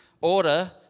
order